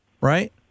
Right